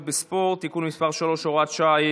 בספורט (תיקון מס' 3 והוראת שעה),